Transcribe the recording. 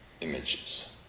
images